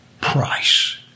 price